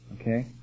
Okay